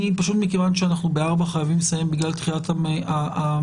מכיוון שב-16:00 אנחנו חייבים לסיים בגלל תחילת המליאה,